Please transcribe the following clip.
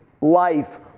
life